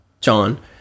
John